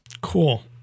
Cool